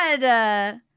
God